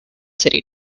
city